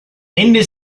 ende